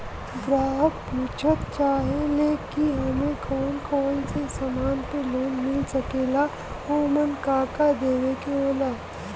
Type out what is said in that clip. ग्राहक पुछत चाहे ले की हमे कौन कोन से समान पे लोन मील सकेला ओमन का का देवे के होला?